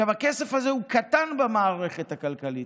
הכסף הזה הוא קטן במערכת הכלכלית,